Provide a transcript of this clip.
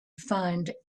find